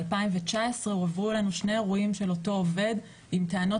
ב-2019 הועברו אלינו שני אירועים של אותו עובד עם טענות